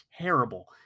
terrible